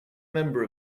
member